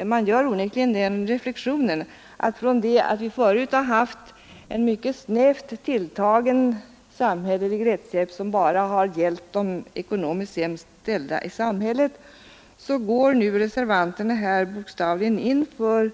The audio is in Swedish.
Man gör onekligen den reflexionen att reservanterna — från den tidigare mycket snävt tilltagna samhälleliga rättshjälpen, som bara gällde 169 de ekonomiskt sämst ställda i samhället — går in för att få bokstavligt talat